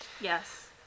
Yes